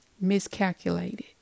miscalculated